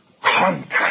contact